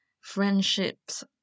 friendships